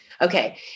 Okay